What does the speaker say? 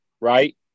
right